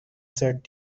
set